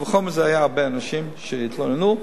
קל וחומר אם הרבה אנשים התלוננו.